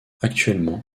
actuellement